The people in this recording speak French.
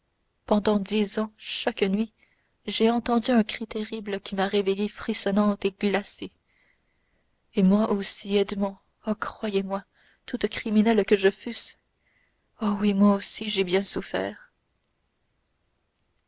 pendant dix ans j'ai chaque nuit entendu un cri terrible qui m'a réveillée frissonnante et glacée et moi aussi edmond oh croyez-moi toute criminelle que je fusse oh oui moi aussi j'ai bien souffert